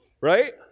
right